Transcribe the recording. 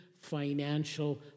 financial